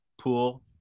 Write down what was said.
pool